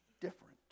different